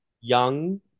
young